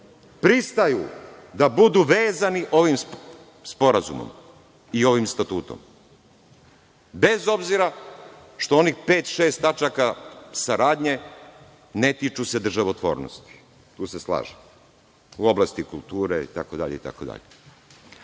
pristaju da budu vezani ovim Sporazumom i ovim Statutom, bez obzira što se onih pet, šest tačaka saradnje ne tiču državotvornosti. Tu se slažem, u oblasti kulture, itd,